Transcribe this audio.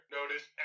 notice